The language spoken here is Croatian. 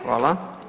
Hvala.